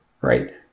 right